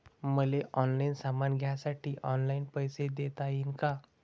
मले ऑनलाईन सामान घ्यासाठी ऑनलाईन पैसे देता येईन का?